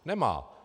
Nemá.